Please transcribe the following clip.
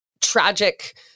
tragic